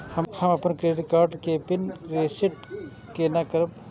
हम अपन debit card के पिन के रीसेट केना करब?